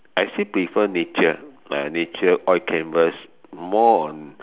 I still prefer nature like nature oil canvas more on